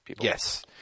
Yes